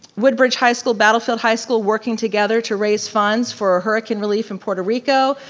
woodbridge high school, battlefield high school working together to raise funds for ah hurricane relief in puerto rico.